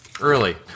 early